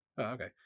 Okay